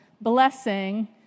blessing